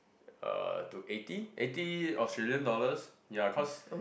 uh to eighty eighty Australian dollars ya cause